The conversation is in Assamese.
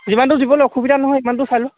যিমানটো দিবলৈ অসুবিধা নহয় সিমানটো চাই লোৱা